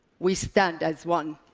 we stand as one.